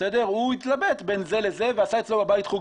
הוא התלבט בין זה לזה ועשה אצלו בבית חוג